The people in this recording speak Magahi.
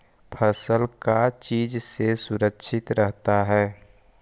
फसल का चीज से सुरक्षित रहता है?